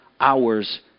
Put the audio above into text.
hours